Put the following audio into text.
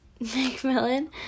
McMillan